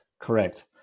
Correct